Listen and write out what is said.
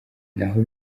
naho